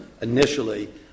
initially